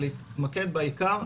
להתמקד בעיקר,